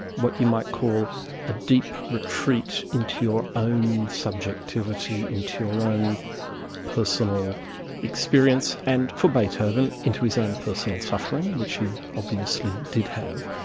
what you might call a deep retreat into your own subjectivity, into your own personal experience, and for beethoven, into his own personal suffering, which he obviously did have,